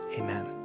Amen